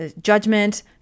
judgment